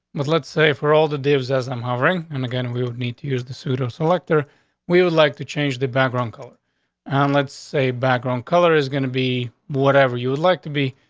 but let's say for all the dave's as i'm hovering and again, we would need to use the pseudo selector we would like to change the background color on. and let's say background color is gonna be whatever you would like to be.